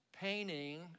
painting